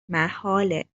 محاله